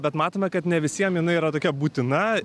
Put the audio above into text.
bet matome kad ne visiem yra tokia būtina